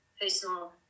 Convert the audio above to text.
personal